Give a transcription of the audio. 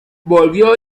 volvió